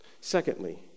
Secondly